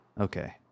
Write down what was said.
Okay